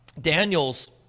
Daniel's